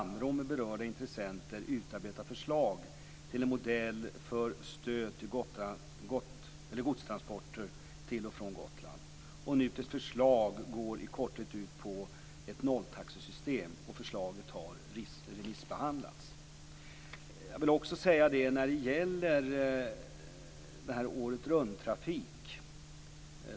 TEK:s förslag går i korthet ut på ett nolltaxesystem. Förslaget har remissbehandlats.